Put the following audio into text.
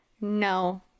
no